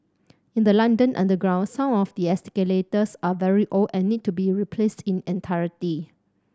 in the London underground some of the escalators are very old and need to be replaced in entirety